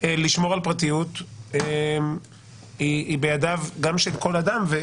לשמור על פרטיות היא בידיו גם של כל אדם.